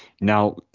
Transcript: Now